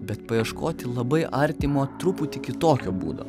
bet paieškoti labai artimo truputį kitokio būdo